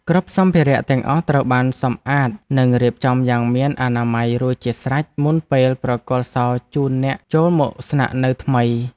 គ្រប់សម្ភារៈទាំងអស់ត្រូវបានសម្អាតនិងរៀបចំយ៉ាងមានអនាម័យរួចជាស្រេចមុនពេលប្រគល់សោជូនអ្នកចូលមកស្នាក់នៅថ្មី។